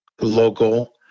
local